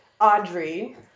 Audrey